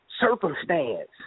circumstance